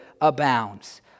abounds